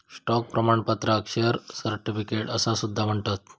stock प्रमाणपत्राक share certificate असा सुद्धा म्हणतत